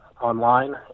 online